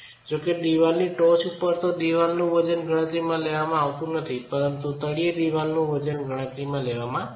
જોકે દીવાલની ટોચ પર તો દીવાલનું વજન ગણતરીમાં લેવામાં આવતું નથી પરતું તળિયે દીવાલનું વજન ગણતરીમાં લેવામાં આવે છે